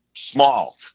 small